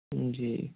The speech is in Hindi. जी